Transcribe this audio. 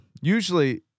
usually